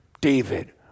David